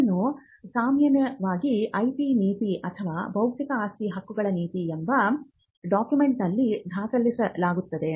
ಇದನ್ನು ಸಾಮಾನ್ಯವಾಗಿ IP ನೀತಿ ಅಥವಾ ಬೌದ್ಧಿಕ ಆಸ್ತಿ ಹಕ್ಕುಗಳ ನೀತಿ ಎಂಬ ಡಾಕ್ಯುಮೆಂಟ್ನಲ್ಲಿ ದಾಖಲಿಸಲಾಗುತ್ತದೆ